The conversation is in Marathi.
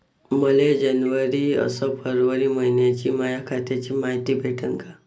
मले जनवरी अस फरवरी मइन्याची माया खात्याची मायती भेटन का?